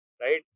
right